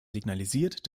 signalisiert